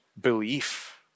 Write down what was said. belief